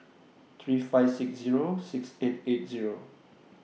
three five six Zero six eight eight Zero